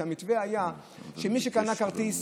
והמתווה היה שמי שקנה כרטיס,